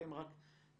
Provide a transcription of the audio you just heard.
אתם רק תשלמו.